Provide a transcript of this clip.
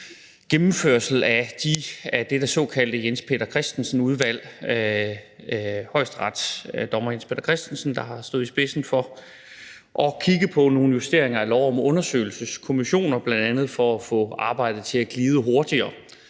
gennemførelsen af dette såkaldte Jens Peter Christensen-udvalg. Højesteretsdommer Jens Peter Christensen har stået i spidsen for at kigge på nogle justeringer af lov om undersøgelseskommissioner, bl.a. for at få arbejdet til at glide hurtigere.